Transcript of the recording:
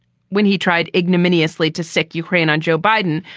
when he tried ignominiously to sic ukraine on joe biden,